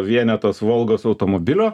vienetas volgos automobilio